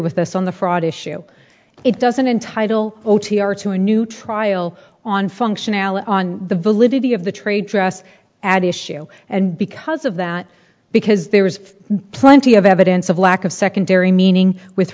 with us on the fraud issue it doesn't entitle o t r to a new trial on functional on the violin maybe of the trade dress add a issue and because of that because there is plenty of evidence of lack of secondary meaning with